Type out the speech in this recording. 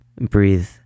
breathe